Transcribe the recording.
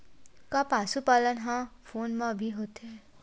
का पशुपालन ह फोन म भी होथे?